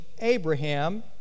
Abraham